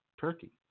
turkey